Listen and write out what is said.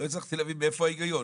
לא הצלחתי להבין איפה ההיגיון.